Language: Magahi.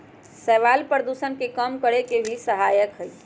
शैवाल प्रदूषण के कम करे में भी सहायक हई